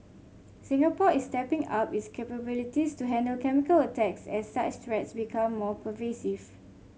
Singapore is stepping up its capabilities to handle chemical attacks as such threats become more pervasive